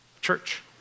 church